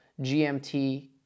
GMT